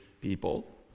people